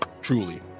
truly